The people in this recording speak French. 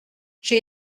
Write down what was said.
j’ai